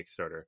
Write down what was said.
Kickstarter